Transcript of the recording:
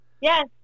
Yes